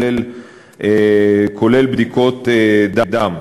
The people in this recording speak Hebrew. כולל בדיקות דם.